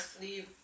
leave